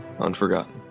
unforgotten